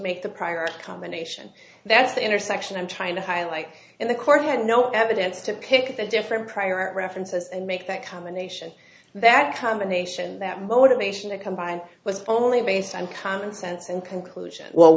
make the prior combination that's the intersection i'm trying to highlight in the core had no evidence to pick the different prior references and make that combination that combination that motivation to combine with only base and common sense and conclusion well